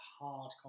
hard